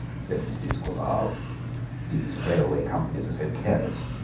said mrs. quabarl these railway companies are so careless.